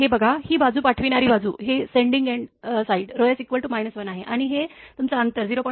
हे बघा ही बाजू पाठवणारी बाजू हे सेंडिंग एंड साइड s 1 आहे आणि हे तुमचे अंतर 0